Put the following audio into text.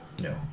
no